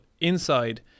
inside